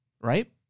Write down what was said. right